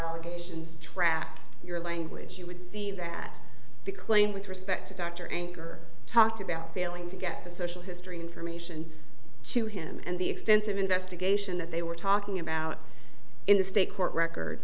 organizations track your language you would see that the claim with respect to dr ankur talked about failing to get the social history information to him and the extensive investigation that they were talking about in the state court record